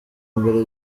mbere